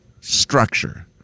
structure